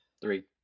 Three